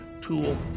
tool